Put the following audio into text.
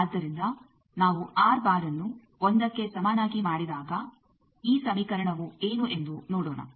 ಆದ್ದರಿಂದ ನಾವು ಆರ್ ಬಾರ್ಅನ್ನು 1ಕ್ಕೆ ಸಮಾನಾಗಿ ಮಾಡಿದಾಗ ಈ ಸಮೀಕರಣವು ಏನು ಎಂದು ನೋಡೋಣ